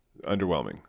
underwhelming